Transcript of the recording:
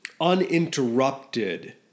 uninterrupted